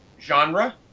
Genre